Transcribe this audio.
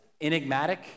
enigmatic